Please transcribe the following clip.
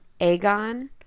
Aegon